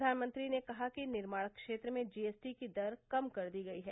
प्रधानमंत्री ने कहा कि निर्माण क्षेत्र में जीएसटी की दर कम कर दी गई है